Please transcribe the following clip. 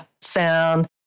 sound